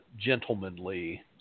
gentlemanly